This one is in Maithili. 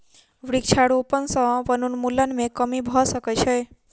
वृक्षारोपण सॅ वनोन्मूलन मे कमी भ सकै छै